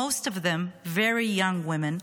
most of them very young women,